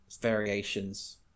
variations